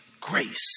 grace